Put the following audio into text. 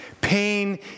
Pain